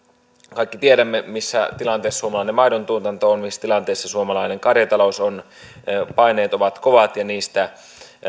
kaikki tiedämme missä tilanteessa suomalainen maidontuotanto on missä tilanteessa suomalainen karjatalous on paineet ovat kovat ja niistä